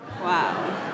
Wow